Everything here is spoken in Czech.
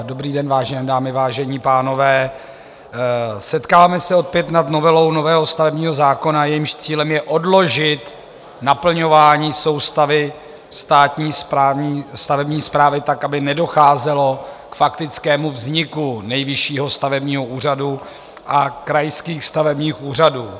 Dobrý den, vážené dámy, vážení pánové, setkáváme se opět nad novelou nového stavebního zákona, jejímž cílem je odložit naplňování soustavy státní stavební správy tak, aby nedocházelo k faktickému vzniku Nejvyššího stavebního úřadu a krajských stavebních úřadů.